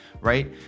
right